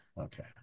Okay